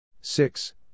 six